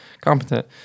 competent